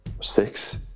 six